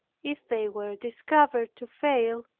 if they were discovered to fail,